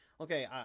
Okay